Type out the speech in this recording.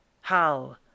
How